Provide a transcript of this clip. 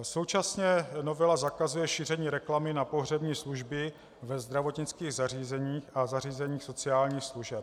Současně novela zakazuje šíření reklamy na pohřební služby ve zdravotnických zařízeních a zařízeních sociálních služeb.